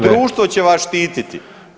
Društvo će vas štititi.